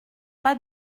pas